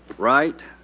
right?